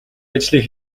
ажлыг